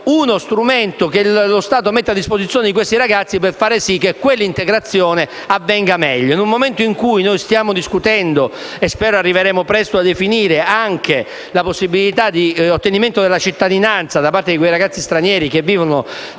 uno strumento che lo Stato mette a disposizione di questi ragazzi per far sì che quella integrazione avvenga meglio. Nel momento in cui stiamo discutendo - e spero arriveremo presto a definirla - della possibilità di ottenimento della cittadinanza da parte dei ragazzi stranieri che vivono